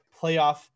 playoff